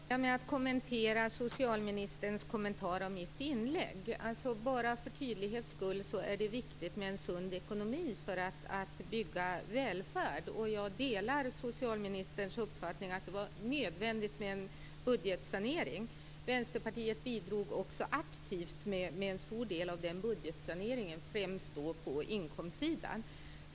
Fru talman! Jag tänkte börja med att kommentera socialministerns kommentar om mitt inlägg. För tydlighets skull är det viktigt med en sund ekonomi för att bygga välfärd. Jag delar socialministerns uppfattning att det var nödvändigt med en budgetsanering. Vänsterpartiet bidrog också aktivt med en stor del av den budgetsaneringen, främst på inkomstsidan.